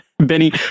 Benny